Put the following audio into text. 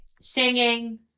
singing